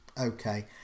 okay